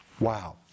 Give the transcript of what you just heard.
Wow